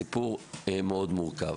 זה סיפור מאוד מורכב.